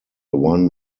one